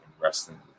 Wrestling